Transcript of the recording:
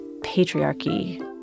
patriarchy